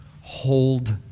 hold